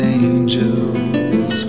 angels